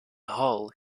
hull